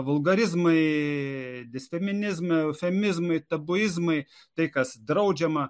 vulgarizmai distaminizmai eufemizmai tabuizmai tai kas draudžiama